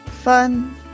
fun